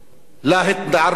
להתערבות